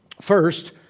First